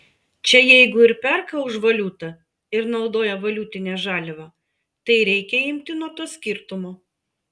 čia jeigu ir perka už valiutą ir naudoja valiutinę žaliavą tai reikia imti nuo to skirtumo